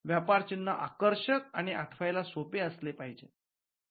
व्यापार चिन्ह आकर्षक आणि आणि आठवायला सोपे असले पाहिजे